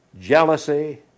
jealousy